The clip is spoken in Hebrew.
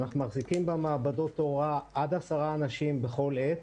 אנחנו מחזיקים במעבדות ההוראה עד עשרה אנשים בכל עת.